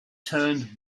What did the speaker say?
turned